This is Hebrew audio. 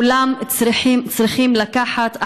כולם צריכים לקחת אחריות: